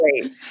great